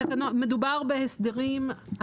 מדובר בהסדרים.